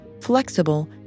flexible